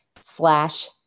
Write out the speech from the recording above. slash